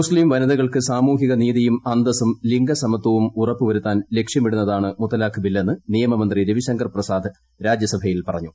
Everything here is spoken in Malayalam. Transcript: മുസ്തീം വനിതകൾക്ക് സാമൂഹിക നീതിയും അന്തസ്സും ലിംഗ സമത്വവും ഉറപ്പി പ്രൂത്താൻ ലക്ഷ്യമിടുന്നതാണ് മുത്തലാഖ് ബില്ലെന്ന് ്ട് തിയമ്മന്ത്രി രവിശങ്കർ പ്രസാദ് രാജ്യസഭയിൽ പറഞ്ഞു